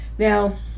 Now